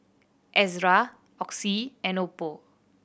Ezerra Oxy and oppo